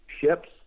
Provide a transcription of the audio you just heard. ships